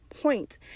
point